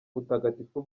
butagatifu